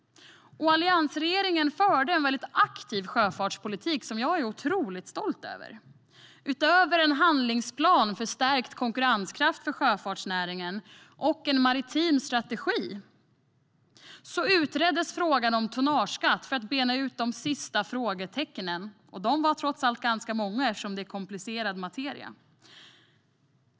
Alliansregeringen förde en aktiv sjöfartspolitik som jag är otroligt stolt över. Utöver en handlingsplan för stärkt konkurrenskraft för sjöfartsnäringen och en maritim strategi utreddes frågan om tonnageskatt för att bena ut de sista frågetecknen. De var trots allt många eftersom det är komplicerad materia.